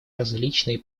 различные